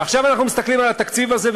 ועכשיו אנחנו מסתכלים על התקציב הזה,